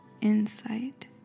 Insight